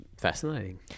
fascinating